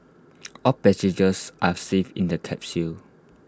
all passengers are safe in the capsule